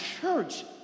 church